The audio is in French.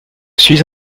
suis